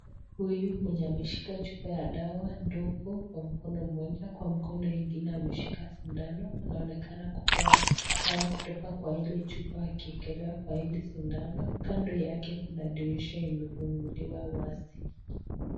Huyu mwenye ameshika chupa ya dawa ndogo kwa mkono moja kwa mkono ingine ameshika sindano inaonekana kutoa dawa kutoka kwa hili chupa akiwekelea kwa hili sindano kando yake kuna dirisha imefunguliwa wasi.